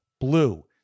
blue